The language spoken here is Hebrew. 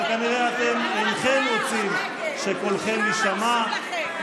אבל כנראה אתם אינכם רוצים שקולכם יישמע,